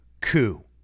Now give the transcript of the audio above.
coup